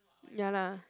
ya lah